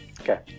Okay